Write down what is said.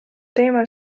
teemal